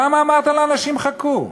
למה אמרת לאנשים חכו?